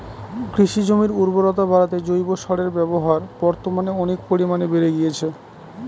কৃষিজমির উর্বরতা বাড়াতে জৈব সারের ব্যবহার বর্তমানে অনেক পরিমানে বেড়ে গিয়েছে